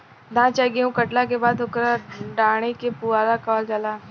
धान चाहे गेहू काटला के बाद ओकरा डाटी के पुआरा कहल जाला